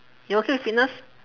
you okay with fitness